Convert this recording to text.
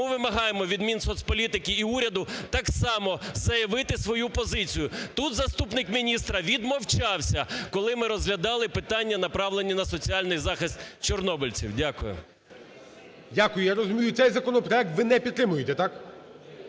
вимагаємо від Мінсоцполітики і уряду так само заявити свою позицію. Тут заступник міністра відмовчався, коли ми розглядали питання, направлені на соціальний захист чорнобильців. Дякую. ГОЛОВУЮЧИЙ. Дякую. Я розумію, цей законопроект ви не підтримуєте, так?